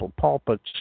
pulpits